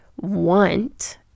want